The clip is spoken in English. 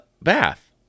bath